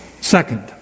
Second